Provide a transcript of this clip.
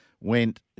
went